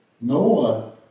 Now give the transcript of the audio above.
Noah